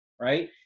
right